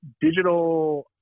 digital